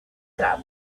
grub